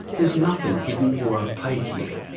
there is nothing hidden or opaque here.